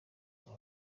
uru